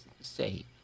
Say